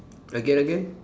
again again